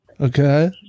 Okay